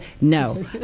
No